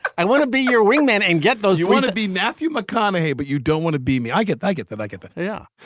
i want to be your wingman and get those. you want to be matthew mcconaughey. but you don't want to be me. i get. i get that. i get that yeah.